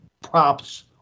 props